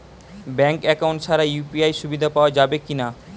Bank account ছাড়া UPI সুবিধা পাওয়া যাবে কি না?